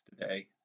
today